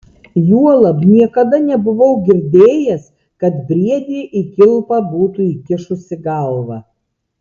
juolab niekada nebuvau girdėjęs kad briedė į kilpą būtų įkišusi galvą